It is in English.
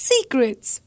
Secrets